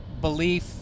belief